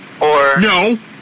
No